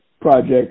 project